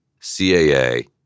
CAA